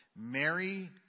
Mary